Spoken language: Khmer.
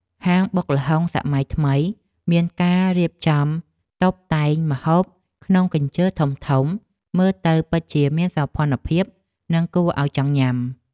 ហាងបុកល្ហុងសម័យថ្មីមានការរៀបចំតុបតែងម្ហូបក្នុងកញ្ជើធំៗមើលទៅពិតជាមានសោភ័ណភាពនិងគួរឱ្យចង់ញ៉ាំ។